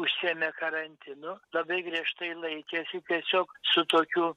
užsiėmė karantinu labai griežtai laikėsi tiesiog su tokiu